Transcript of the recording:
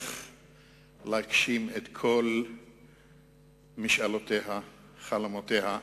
שתצליח להגשים את כל משאלותיה וחלומותיה.